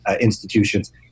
institutions